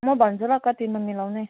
म भन्छु ल कतिमा मिलाउने